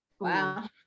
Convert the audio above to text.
Wow